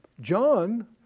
John